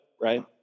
right